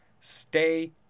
Stay